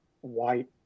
white